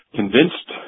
convinced